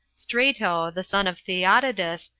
strato, the son of theodatus,